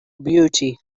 beauty